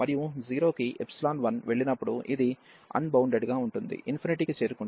మరియు 0 కి 1 వెళ్ళినప్పుడు ఇది అన్బౌండెడ్ గా ఉంటుంది కి చేరుకుంటుంది